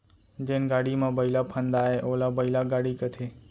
जेन गाड़ी म बइला फंदाये ओला बइला गाड़ी कथें